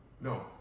no